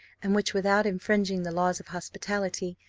and which, without infringing the laws of hospitality,